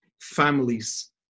families